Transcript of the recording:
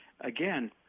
again